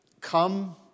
come